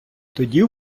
тоді